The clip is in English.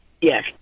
Yes